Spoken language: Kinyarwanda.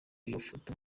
ifoto